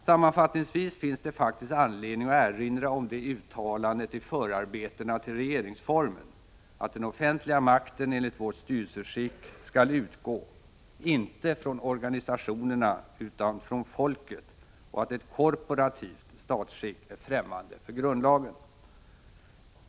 Sammanfattningsvis finns det faktiskt anledning att erinra om uttalandet i förarbetena till regeringsformen, att den offentliga makten enligt vårt styrelseskick skall utgå inte från organisationerna utan från folket och att ett korporativt statsskick är främmande för grundlagen.